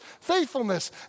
faithfulness